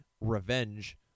revenge